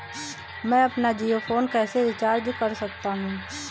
मैं अपना जियो फोन कैसे रिचार्ज कर सकता हूँ?